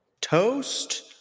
toast